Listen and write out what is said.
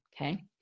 Okay